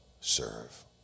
serve